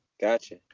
gotcha